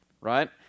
right